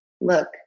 look